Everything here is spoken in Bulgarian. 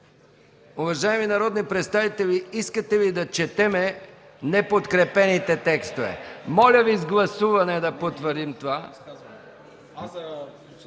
Уважаеми народни представители, искате ли да четем неподкрепените текстове? (Шум и реплики.) Моля Ви с гласуване да потвърдим това.